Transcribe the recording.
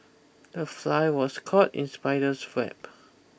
the fly was caught in spider's web